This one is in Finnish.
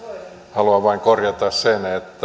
haluan vain korjata sen että